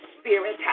spirit